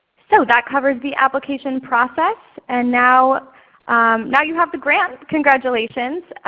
so that covers the application process. and now um now you have the grant, congratulations.